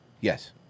Yes